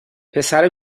پسره